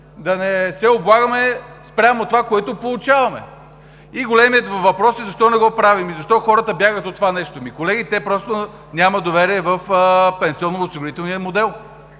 да не се облагаме спрямо това, което получаваме. Големият въпрос е: защо не го правим? Защо хората бягат от това нещо? Колеги, те просто нямат доверие в пенсионно-осигурителния модел.